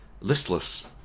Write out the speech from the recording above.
listless